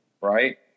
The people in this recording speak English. Right